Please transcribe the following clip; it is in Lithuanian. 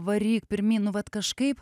varyk pirmyn nu vat kažkaip